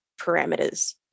parameters